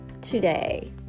today